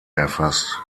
erfasst